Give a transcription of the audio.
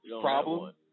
problem